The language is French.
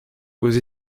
aux